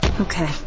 Okay